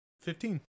Fifteen